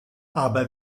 aber